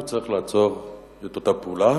צריכה לעשות את אותה פעולה